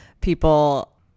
people